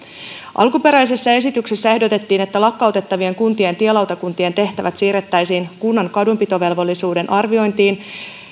alkuperäisessä esityksessä ehdotettiin että lakkautettavien kuntien tielautakuntien tehtävät siirrettäisiin kunnan kadunpitovelvollisuuden arviointiin